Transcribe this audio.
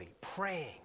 praying